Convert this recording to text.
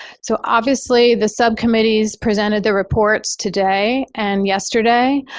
so, obviously the subcommittees presented the reports today and yesterday,